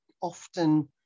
often